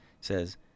says